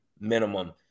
minimum